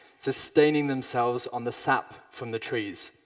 sustaining themselves on the sap from the trees.